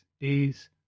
days